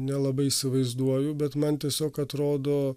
nelabai įsivaizduoju bet man tiesiog atrodo